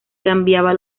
cambiaba